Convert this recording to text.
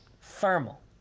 thermal